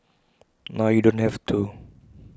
now you don't have to